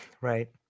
Right